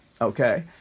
okay